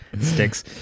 Sticks